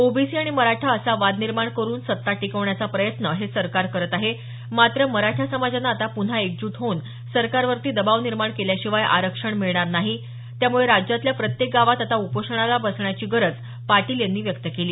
OBC आणि मराठा असा वाद निर्माण करुन सत्ता टिकवण्याचा प्रयत्न हे सरकार करत आहे मात्र मराठा समाजानं आता प्न्हा एकजूट होवून सरकारवरती दबाव निर्माण केल्याशिवाय आरक्षण मिळणार नाही त्यामुळे राज्यातल्या प्रत्येक गावात आता उपोषणाला बसण्याची गरज पाटील यांनी व्यक्त केली